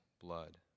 blood